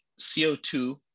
CO2